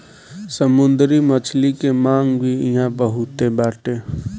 समुंदरी मछली के मांग भी इहां बहुते बाटे